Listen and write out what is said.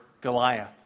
Goliath